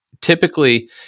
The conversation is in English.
Typically